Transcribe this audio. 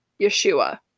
Yeshua